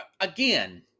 Again